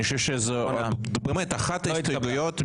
אני חושב שזו באמת אחת ההסתייגויות,